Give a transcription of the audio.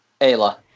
Ayla